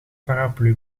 paraplu